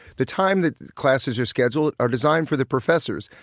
the time that classes are scheduled are designed for the professors,